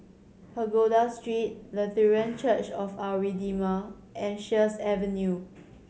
Pagoda Street Lutheran Church of Our Redeemer and Sheares Avenue